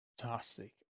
Fantastic